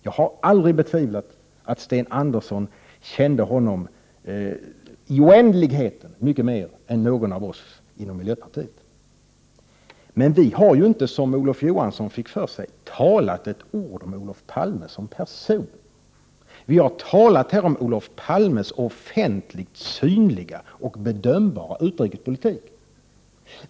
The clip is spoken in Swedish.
Jag har aldrig betvivlat att Sten Andersson kände Olof Palme i oändlighet mycket mer än någon av oss inom miljöpartiet. Men vi har ju inte, som Olof Johansson fick för sig, talat ett ord om Olof Palme som person. Vi har talat om Olof Palmes synliga och bedömbara utrikespolitik.